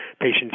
patients